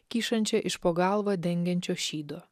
kyšančia iš po galvą dengiančio šydo